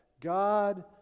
God